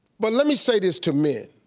but let me say this to men.